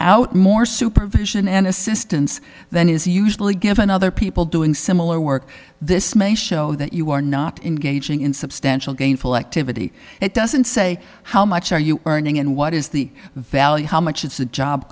without more supervision and assistance than is usually given other people doing similar work this may show that you are not engaging in substantial gainful activity it doesn't say how much are you learning and what is the value how much is the job